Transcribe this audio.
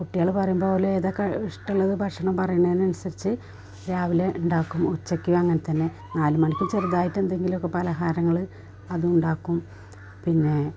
കുട്ടികൾ പറയും പോലെ ഇതൊക്കെ ഇഷ്ടമുള്ളത് ഭക്ഷണം പറയണനനുസരിച്ച് രാവിലെ ഉണ്ടാക്കും ഉച്ചക്കും അങ്ങനെതന്നെ നാലു മണിക്കു ചെറുതായിട്ടെന്തെങ്കിലുമൊക്കെ പലഹാരങ്ങൾ അതുണ്ടാക്കും പിന്നെ